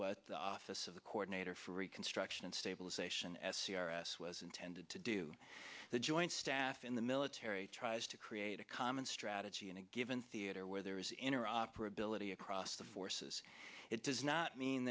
what the office of the coordinator for reconstruction and stabilization as c r s was intended to do the joint staff in the military tries to create a common strategy in a given theater where there is inner operability across the forces it does not mean